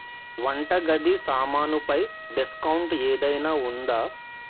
వంటగది సామానుపై డిస్కౌంట్ ఏదైనా ఉందా